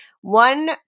One